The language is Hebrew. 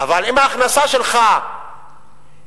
אבל אם ההכנסה שלך 10,000